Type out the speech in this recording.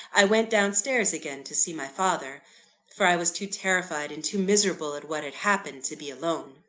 i went downstairs again to see my father for i was too terrified and too miserable at what had happened, to be alone.